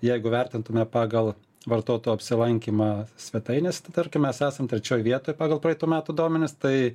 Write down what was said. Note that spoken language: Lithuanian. jeigu vertintume pagal vartotojo apsilankymą svetainėse tai tarkim mes esam trečioj vietoj pagal praeitų metų duomenis tai